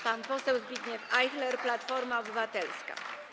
Pan poseł Zbigniew Ajchler, Platforma Obywatelska.